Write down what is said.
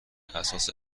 اساس